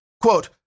Quote